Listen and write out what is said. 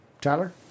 Tyler